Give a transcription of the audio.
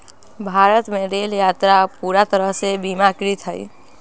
भारत में रेल यात्रा अब पूरा तरह से बीमाकृत हई